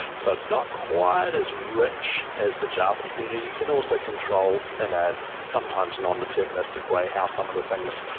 so it's not quite as rich as the java community. you can also control in a, sometimes, nondeterministic way how some of the things,